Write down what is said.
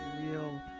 real